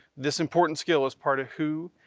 this important skill is part of who